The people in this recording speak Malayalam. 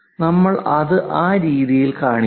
നമ്മൾ അത് ആ രീതിയിൽ കാണിക്കും